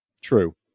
true